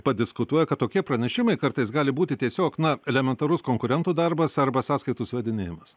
padiskutuoja kad tokie pranešimai kartais gali būti tiesiog na elementarus konkurentų darbas arba sąskaitų suvedinėjimas